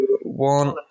one